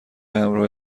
همراه